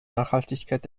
nachhaltigkeit